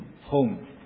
home